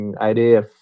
idea